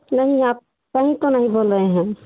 नहीं आप सही तो नहीं बोल रहे हैं